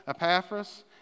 Epaphras